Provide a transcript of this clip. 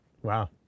Wow